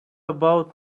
about